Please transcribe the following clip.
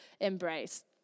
embrace